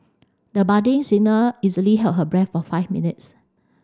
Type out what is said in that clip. the budding singer easily held her breath for five minutes